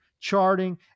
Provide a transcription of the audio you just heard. charting